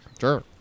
Sure